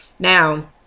now